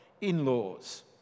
in-laws